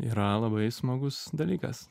yra labai smagus dalykas